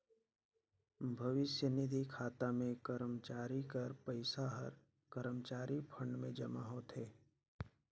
भविस्य निधि खाता में करमचारी कर पइसा हर करमचारी फंड में जमा होथे